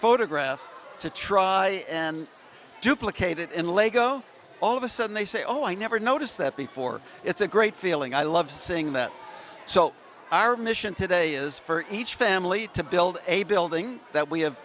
photograph to try and duplicate it in lego all of a sudden they say oh i never noticed that before it's a great feeling i love saying that so our mission today is for each family to build a building that we have